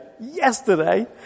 Yesterday